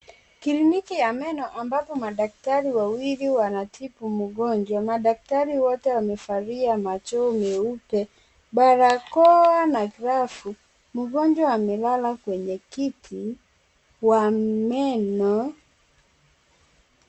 Kliniki ya meno ambapo madaktari wawili wanamtibu mgonjwa. Madaktari wote wamevalia majoho meupe, barakoa na glavu. Mgonjwa amelala kwenye kiti wa meno.